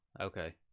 okay